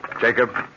Jacob